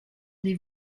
des